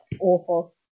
awful